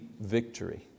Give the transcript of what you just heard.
victory